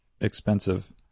expensive